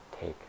take